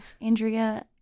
Andrea